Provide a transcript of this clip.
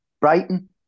Brighton